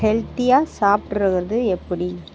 ஹெல்த்தியாக சாப்பிடுவது எப்படி